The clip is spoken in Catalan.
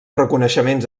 reconeixements